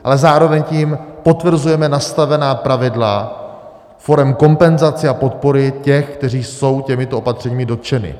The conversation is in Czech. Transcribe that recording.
Ale zároveň tím potvrzujeme nastavená pravidla forem kompenzací a podpory těch, kteří jsou těmito opatřeními dotčeni.